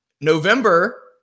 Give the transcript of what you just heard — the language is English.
November